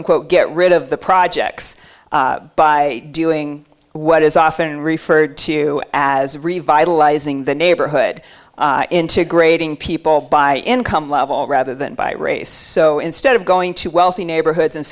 unquote get rid of the projects by doing what is often referred to as revitalizing the neighborhood integrating people by income level rather than by race so instead of going to wealthy neighborhoods and